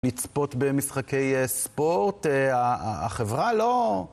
לצפות במשחקי ספורט, החברה לא...